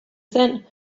zen